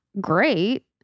great